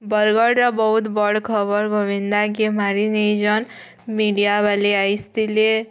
ବରଗଡ଼ର ବୋହୁତ୍ ବଡ଼୍ ଖବର ଗୋବିନ୍ଦା କେ ମାରି ଦେଇଚନ୍ ମିଡ଼ିଆ ବାଲେ ଆଇସ୍ ଥିଲେ